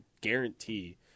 guarantee